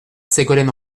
ségolène